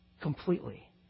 completely